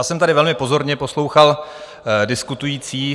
Já jsem tady velmi pozorně poslouchal diskutující.